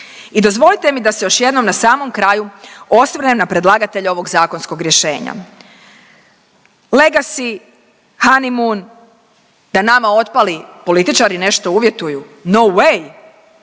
I dozvolite mi da se još jednom na samom kraju osvrnem na predlagatelja ovog zakonskog rješenja. Legasi, hanimun, da nama otpali političari nešto uvjetuju? No way.